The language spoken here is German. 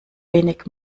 wenig